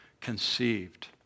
conceived